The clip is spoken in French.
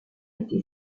été